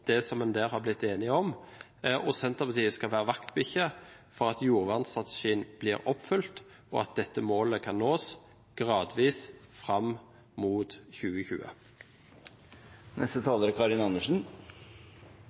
det som en der har blitt enig om. Og Senterpartiet skal være vaktbikkje for at jordvernstrategien blir oppfylt, og at dette målet kan nås gradvis fram mot 2020. Det er veldig gledelig at det nå er